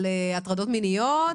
על הטרדות מיניות,